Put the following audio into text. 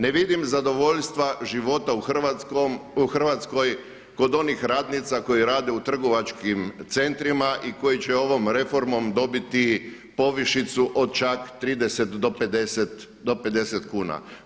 Ne vidim zadovoljstva života u Hrvatskoj kod onih radnica koji rade u trgovačkim centrima i koji će ovom reformom dobiti povišicu od čak 30 do 50 kuna.